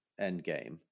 Endgame